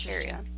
area